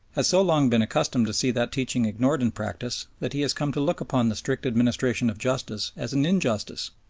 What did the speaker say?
has so long been accustomed to see that teaching ignored in practice that he has come to look upon the strict administration of justice as an injustice,